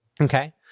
Okay